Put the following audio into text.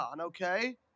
okay